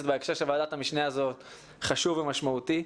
בהקשר של ועדת המשנה הזאת חשוב ומשמעותי.